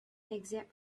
except